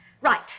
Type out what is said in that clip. Right